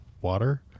water